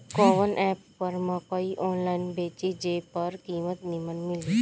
कवन एप पर मकई आनलाइन बेची जे पर कीमत नीमन मिले?